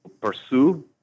pursue